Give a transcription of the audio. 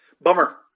bummer